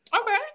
Okay